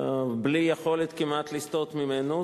בלי יכולת כמעט לסטות ממנו,